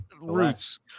roots